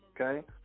Okay